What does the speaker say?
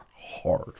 hard